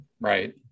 right